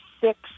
six